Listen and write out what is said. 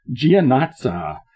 Gianazza